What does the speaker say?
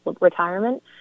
retirement